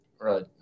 Right